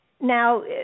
Now